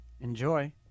Enjoy